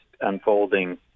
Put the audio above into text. unfolding